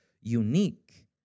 unique